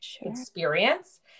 experience